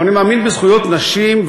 אבל אני מאמין בזכויות נשים,